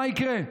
מה יקרה,